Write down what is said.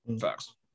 Facts